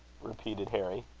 repeated harry.